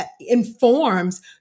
informs